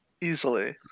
easily